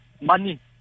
money